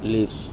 leaves